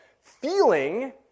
feeling